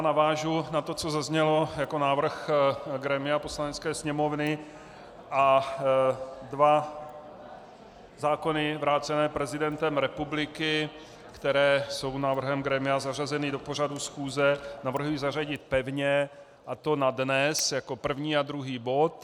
Navážu na to, co zaznělo jako návrh grémia Poslanecké sněmovny, a dva zákony vrácené prezidentem republiky, které jsou návrhem grémia zařazeny do pořadu schůze, navrhuji zařadit pevně, a to na dnes jako první a druhý bod.